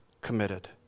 committed